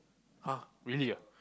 !huh! really ah